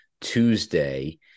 Tuesday